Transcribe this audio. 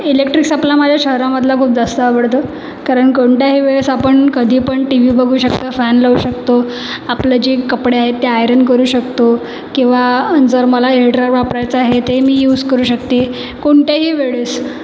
electric supply माझ्या शहरामधला खूप जास्त आवडतो कारण कोणत्याही वेळेस आपण कधीपण टी व्ही बघू शकतं फॅन लावू शकतो आपलं जी कपडे आहेत ते आयरन करू शकतो किंवा जर मला हेअर ड्रायर वापरायचा आहे ते मी यूज करू शकते कोणत्याही वेळेस